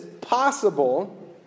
possible